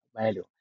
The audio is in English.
value